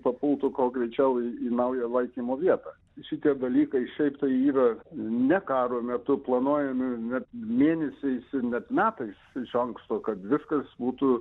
papultų kuo greičiau į į naują laikymo vietą šitie dalykai šiaip tai yra ne karo metu planuojami net mėnesiais ir net metais iš anksto kad viskas būtų